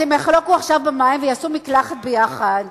אז הם יחלוקו עכשיו במים ויעשו מקלחת ביחד.